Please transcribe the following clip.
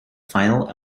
final